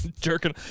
jerking